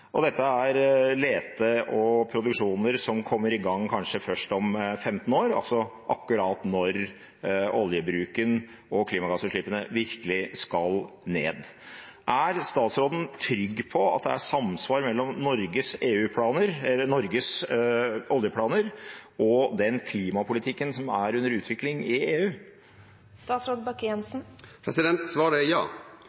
Dette er leting og produksjon som kommer i gang kanskje først om 15 år, altså akkurat når oljebruken og klimagassutslippene virkelig skal ned. Er statsråden trygg på at det er samsvar mellom Norges oljeplaner og den klimapolitikken som er under utvikling i